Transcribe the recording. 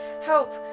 Help